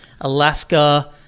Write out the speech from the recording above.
Alaska